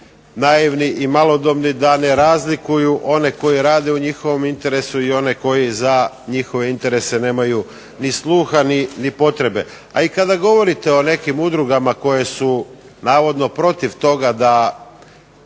naivni i malodobni da ne razlikuju one koji rade u njihovom interesu i one koji za njihove interese nemaju ni sluha ni potrebe. A i kada govorite o nekim udrugama koje su naravno protiv toga da